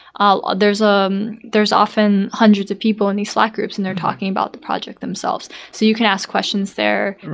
there's ah um there's often hundreds of people in these slack groups and they're talking about the project themselves, so you can ask questions there.